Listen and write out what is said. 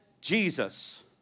Jesus